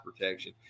protection